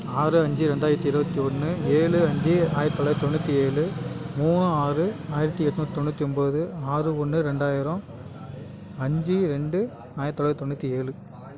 ஆறு அஞ்சு ரெண்டாயிரத்தி இருபத்தி ஒன்று ஏழு அஞ்சு ஆயிரத்தி தொள்ளாயிரத்தி தொண்ணுற்றி ஏழு மூணு ஆறு ஆயிரத்தி எண்நூத்தி தொண்ணூற்றி ஒன்போது ஆறு ஒன்று ரெண்டாயிரம் அஞ்சு ரெண்டு ஆயிரத்தி தொள்ளாயிரத்தி தொண்ணூற்றி ஏழு